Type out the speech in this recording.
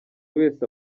wese